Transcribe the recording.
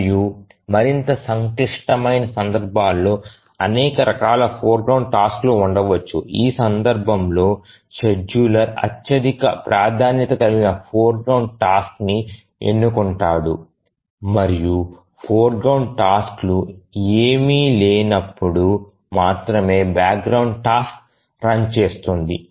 మరియు మరింత సంక్లిష్టమైన సందర్భాల్లో అనేక రకాల ఫోర్గ్రౌండ్ టాస్క్లు ఉండవచ్చు ఆ సందర్భంలో షెడ్యూలర్ అత్యధిక ప్రాధాన్యత కలిగిన ఫోర్గ్రౌండ్ టాస్క్ ని ఎన్నుకుంటాడు మరియు ఫోర్గ్రౌండ్ టాస్క్ లు ఏవీ లేనప్పుడు మాత్రమే బ్యాక్గ్రౌండ్ టాస్క్ రన్ చేస్తుంది